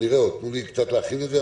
ותנו לי קצת להכין את זה.